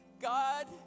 God